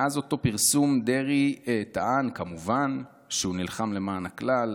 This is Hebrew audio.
מאז אותו פרסום דרעי טען כמובן שהוא נלחם למען הכלל,